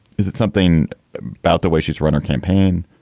is it something about the way she's run her campaign?